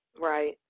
right